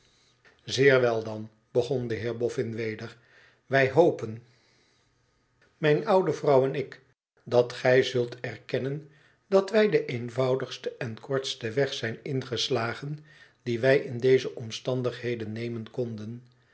zeer wel dan begon de heer boffin weder wij hopen mijne oude vrouw en ik dat gij zult erkennen dat wij den eenvoudigsten en kortsten weg zijn ingeslagen dien wij in deze omstandigheden nemen konden